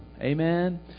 Amen